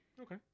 Okay